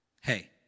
Hey